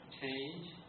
change